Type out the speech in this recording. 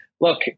look